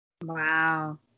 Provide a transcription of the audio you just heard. wow